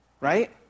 Right